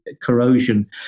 corrosion